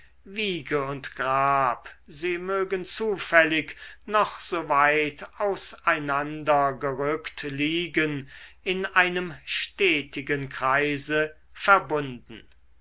wiege und grab sie mögen zufällig noch so weit aus einander gerückt liegen in einem stetigen kreise verbunden